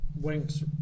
Winks